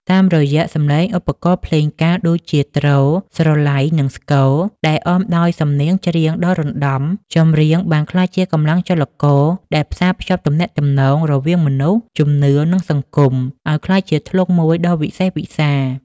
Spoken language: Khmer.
តាមរយៈសម្លេងឧបករណ៍ភ្លេងការដូចជា ទ្រ ស្រឡៃ និងស្គរ ដែលអមដោយសំនៀងច្រៀងដ៏រណ្តំ ចម្រៀងបានក្លាយជាកម្លាំងចលករដែលផ្សារភ្ជាប់ទំនាក់ទំនងរវាងមនុស្ស ជំនឿ និងសង្គម ឱ្យក្លាយជាធ្លុងមួយដ៏វិសេសវិសាល។